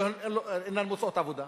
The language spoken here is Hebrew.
שאינן מוצאות עבודה.